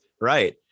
right